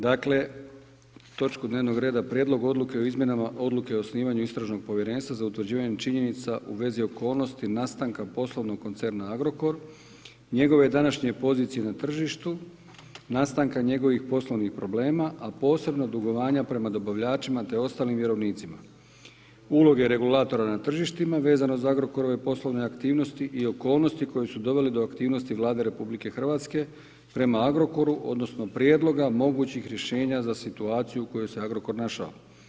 Dakle, točku dnevnog reda: - Prijedlog Odluke o izmjenama Odluke o osnivanju istražnog povjerenstva za utvrđivanje činjenica u vezi okolnosti nastanka poslovnog koncerna Agrokor, njegove današnje pozicije na tržištu, nastanka njegovih poslovnih problema, a posebno dugovanja prema dobavljačima te ostalim vjerovnicima, uloge regulatora na tržištima vezano za agrokorove poslovne aktivnosti i okolnosti koje su dovele do aktivnosti Vlade Republike Hrvatske prema Agrokoru odnosno prijedloga mogućih rješenja za situaciju u kojoj se Agrokor našao.